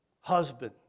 husband